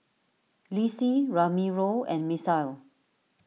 Lissie Ramiro and Misael